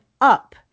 up